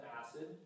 acid